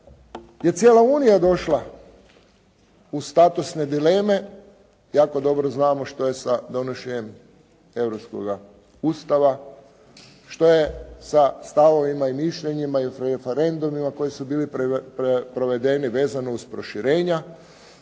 je cijela Unija došla u statusne dileme, jako dobro znamo što je sa donošenjem Europskoga ustava, što je sa stavovima i mišljenjima i referendumima koji su bili provedeni, vezano uz proširenja